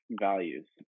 values